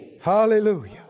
Hallelujah